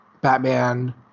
Batman